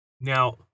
Now